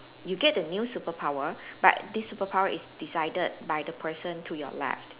you get the new superpower but this superpower is decided by the person to your left